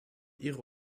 ihre